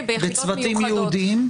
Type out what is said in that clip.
בצוותים ייעודיים?